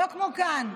לא כמו כאן.